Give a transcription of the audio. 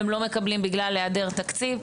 והם לא מקבלים בגלל העדר תקציב.